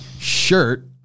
shirt